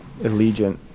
Allegiant